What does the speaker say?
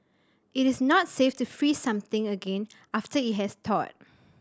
it is not safe to freeze something again after it has thawed